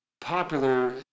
popular